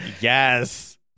yes